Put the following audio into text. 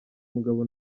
mugabo